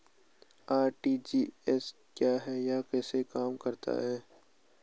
RTGS क्या है यह कैसे काम करता है?